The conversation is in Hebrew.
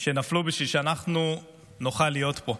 שנפלו בשביל שאנחנו נוכל להיות פה.